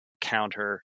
counter